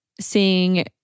seeing